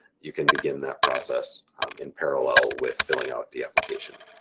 you can begin that process in parallel with filling out the application.